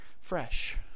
fresh